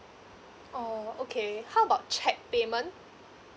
oh okay how about cheque payment